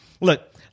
Look